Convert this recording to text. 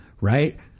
right